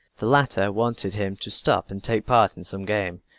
the latter wanted him to stop and take part in some game.